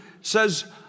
says